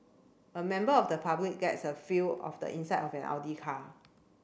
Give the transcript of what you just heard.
a member of the public gets a feel of the inside of an Audi car